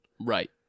Right